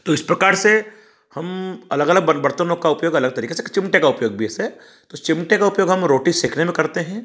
तो इस प्रकार से हम अलग अलग बर्तनों का उपयोग अलग तरीके से कि चिमटे का उपयोग भी ऐसे तो चिमटे का उपयोग हम रोटी सेंकने में करते हैं